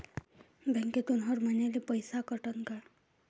बँकेतून हर महिन्याले पैसा कटन का?